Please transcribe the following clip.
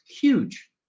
Huge